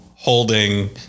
holding